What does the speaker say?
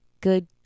good